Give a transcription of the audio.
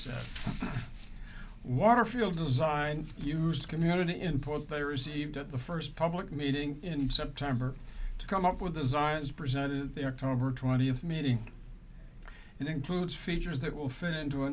said water field designs use community input they received at the first public meeting in september to come up with designs present over twentieth meeting and includes features that will fit into a